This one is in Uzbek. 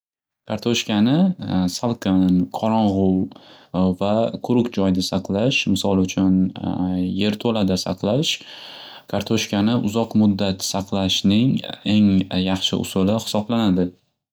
Kartoshkani salqin, qorong'u va quruq joyda saqlash misol uchun yerto'lada saqlash kartoshkani uzoq muddat saqlashning eng yaxshi usuli xisoblanadi.